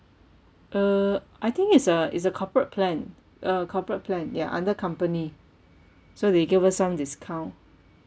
uh I think it's a it's a corporate plan a corporate plan ya under company so they give us some discount